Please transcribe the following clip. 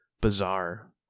bizarre